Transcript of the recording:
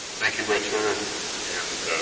thank you richard and